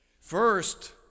First